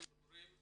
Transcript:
ברורים.